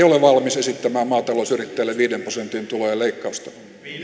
ole valmis esittämään maatalousyrittäjälle viiden prosentin tulojen leikkausta